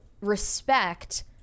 respect